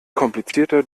komplizierter